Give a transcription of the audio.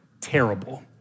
terrible